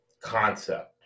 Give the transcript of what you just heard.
concept